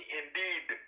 indeed